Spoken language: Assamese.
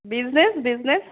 business business